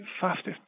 fastest